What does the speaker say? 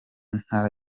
ntara